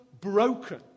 broken